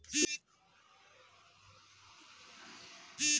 सिंचाई के सुविधा के कारण ही नदि के किनारे सभ्यता के विकास होलइ